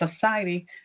society